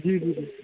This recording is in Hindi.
जी जी जी